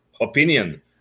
opinion